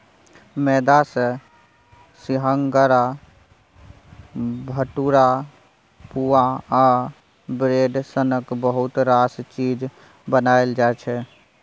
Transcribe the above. मेदा सँ सिंग्हारा, भटुरा, पुआ आ ब्रेड सनक बहुत रास चीज बनाएल जाइ छै